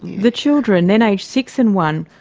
the children, then aged six and one,